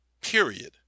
Period